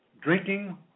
drinking